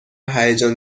هیجان